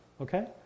okay